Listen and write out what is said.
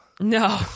No